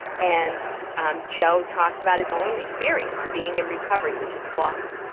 and joe talks about his own experience being in recovery, which is awesome.